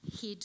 Head